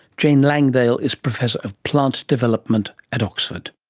jane langdale is professor of plant development at oxford